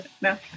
No